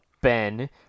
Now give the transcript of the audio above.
Ben